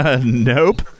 Nope